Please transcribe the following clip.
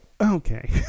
Okay